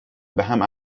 بهم